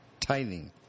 tithing